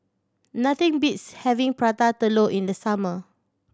nothing beats having Prata Telur in the summer